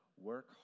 work